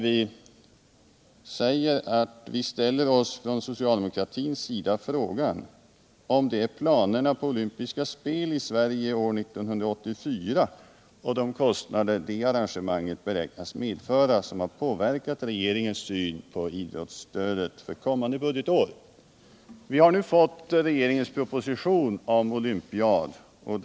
Vi ställer oss frågan om det är planerna på olympiska spel i Sverige 1984 och de kostnader det arrangemanget beräknas medföra som har påverkat regeringens syn på idrottsstödet för kommande budgetår. Vi har nu fått regeringens proposition om olympiaden.